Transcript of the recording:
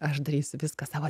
aš darysiu viską savo